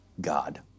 God